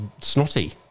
snotty